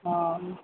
हँ